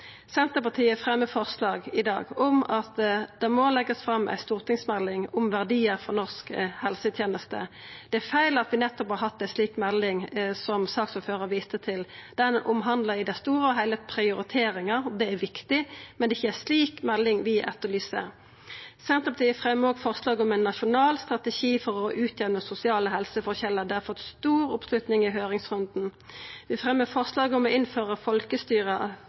Senterpartiet fremjar forslag i dag, saman med SV, om at det må leggjast fram ei stortingsmelding om verdiar for norsk helseteneste. Det er feil at vi nettopp har hatt ei slik melding, som saksordføraren viste til. Den omhandla i det store og heile prioriteringar. Det er viktig, men det er ikkje ei slik melding vi etterlyser. Senterpartiet fremjar òg forslag, saman med Arbeidarpartiet og SV, om ein nasjonal strategi for å utjamna sosiale helseforskjellar. Det har fått stor oppslutning i høyringsrunden. Vi fremjar forslag,